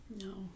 no